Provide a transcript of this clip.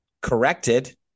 Corrected